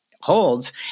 holds